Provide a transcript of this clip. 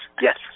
Yes